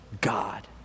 God